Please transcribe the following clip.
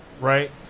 right